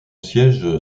siège